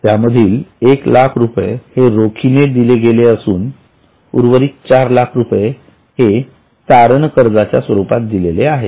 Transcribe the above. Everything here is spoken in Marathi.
त्यामधील एक लाख रुपये हे रोखीने दिले असून उर्वरित चार लाख रुपये हे तारण कर्जाच्या स्वरूपात दिले आहेत